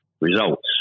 results